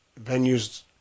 venues